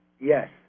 Yes